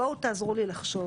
בואו תעזרו לי לחשוב